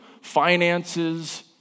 finances